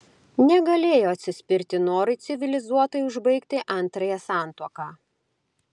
negalėjo atsispirti norui civilizuotai užbaigti antrąją santuoką